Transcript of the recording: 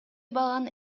баланын